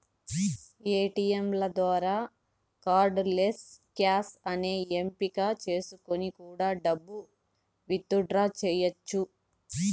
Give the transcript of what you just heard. ఏటీయంల ద్వారా cardless cash అనే ఎంపిక చేసుకొని కూడా డబ్బు విత్ డ్రా చెయ్యచ్చు